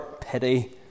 pity